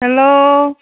hello